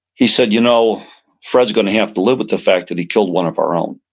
he said, you know fred is going to have to live with the fact that he killed one of our own.